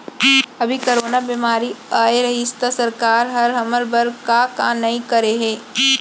अभी कोरोना बेमारी अए रहिस त सरकार हर हमर बर का का नइ करे हे